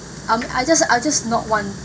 um I just I just not want